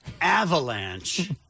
avalanche